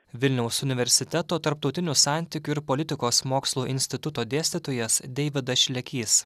vilniaus universiteto tarptautinių santykių ir politikos mokslų instituto dėstytojas deividas šlekys